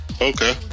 Okay